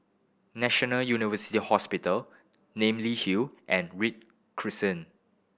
National University Hospital Namly Hill and Read Crescent